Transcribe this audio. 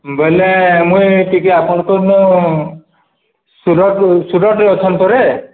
ବୋଇଲେ ମୁଁ ଟିକେ ଆପଣଙ୍କ ମୁଁ ସୁରଟରେ ଅଛନ୍ତି ପରା